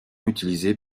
utilisé